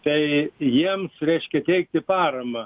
tai jiems reiškia teikti paramą